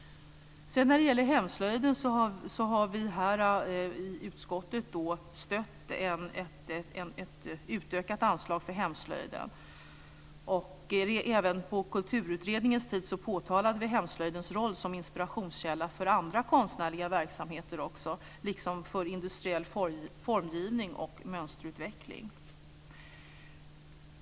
När det sedan gäller hemslöjden har vi i utskottet stött ett utökat anslag för den. Även på Kulturutredningens tid påtalade vi hemslöjdens roll som inspirationskälla för andra konstnärliga verksamheter, liksom för industriell formgivning och mönsterutveckling.